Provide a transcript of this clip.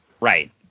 Right